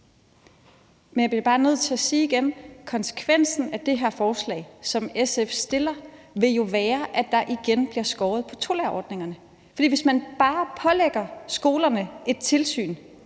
Jeg bliver bare nødt at sige igen, at konsekvensen af det her forslag, som SF fremsætter, vil være, at der igen bliver skåret på tolærerordningerne. For hvis man bare pålægger skolerne et tilsyn